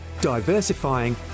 diversifying